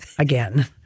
Again